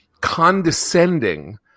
condescending